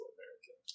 American